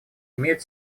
имеют